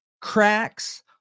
cracks